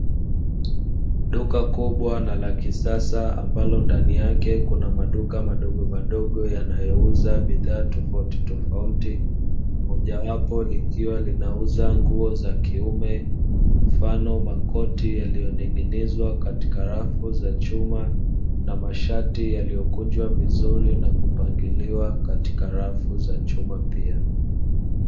Duka kubwa na la kisasa ambalo ndani yake kuna maduka madogo madogo yanayouza bidhaa tofauti tofauti mojawapo, likuwa linauza nguo za kiume mfano: makoti yaliyoning'inizwa katika rafu za chuma na mashati yaliyokunjwa vizuri na kupangiliwa katika rafu za chuma pia.